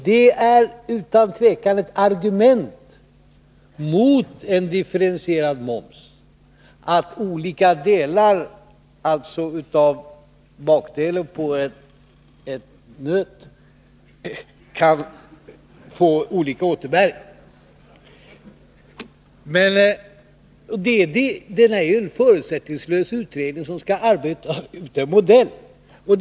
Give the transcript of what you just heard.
Det är utan tvekan ett argument mot en differentierad moms att olika delar av bakdelar på ett nöt kan få olika återbäring. Nr 52 En förutsättningslös utredning skall utarbeta en modell för differentierad moms.